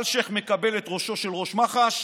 אלשיך מקבל את ראשו של ראש מח"ש